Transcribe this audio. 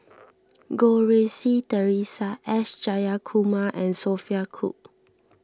Goh Rui Si theresa S Jayakumar and Sophia Cooke